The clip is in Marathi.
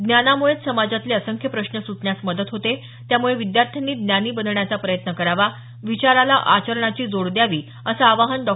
ज्ञानामुळेच समाजातले असंख्य प्रश्न सुटण्यास मदत होते त्यामुळे विद्यार्थ्यांनी ज्ञानी बनण्याचा प्रयत्न करावा विचाराला आचरणाची जोड द्यावी असं आवाहन डॉ